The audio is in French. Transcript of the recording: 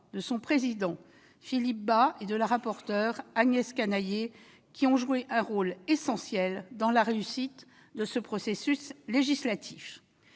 de son président, Philippe Bas, et de la rapporteur, Agnès Canayer, qui ont joué un rôle essentiel dans la réussite de ce processus législatif.